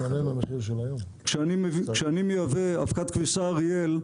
כשאני מייבא אבקת כביסה אריאל,